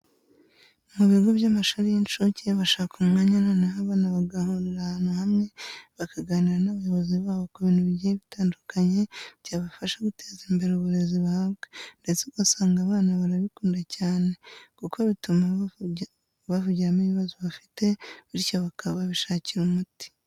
Mu bigo by'amashuri y'inshuke bashaka umwanya noneho abana bagahurira ahantu hamwe bakaganira n'abayobozi babo ku bintu bigiye bitandukanye byabafasha guteza imbere uburezi bahabwa ndetse ugasanga abana barabikunda cyane kuko bituma bavugiramo ibibazo bafite bityo bakaba babishakira umuti.